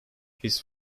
his